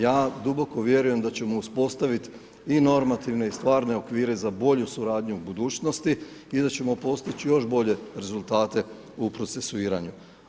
Ja duboko vjerujem da ćemo uspostavit i normativne i stvarne okvire za bolju suradnju u budućnosti i da ćemo postići još bolje rezultate u procesuiranju.